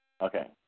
Okay